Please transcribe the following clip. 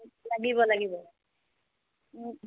লাগিব লাগিব